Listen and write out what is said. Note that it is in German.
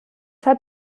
hat